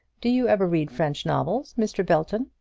do you ever read french novels, mr. belton?